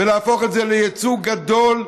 ולהפוך את זה ליצוא גדול,